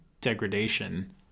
degradation